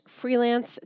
freelance